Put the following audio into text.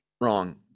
Wrong